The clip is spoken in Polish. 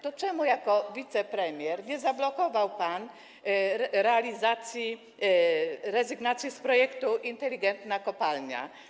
To czemu jako wicepremier nie zablokował pan rezygnacji z projektu „Inteligentna kopalnia”